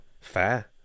fair